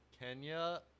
Kenya